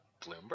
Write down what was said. Bloomberg